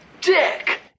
dick